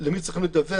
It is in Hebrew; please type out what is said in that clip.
למי צריך לדווח,